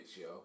yo